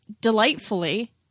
delightfully